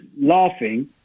laughing